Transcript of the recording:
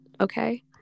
okay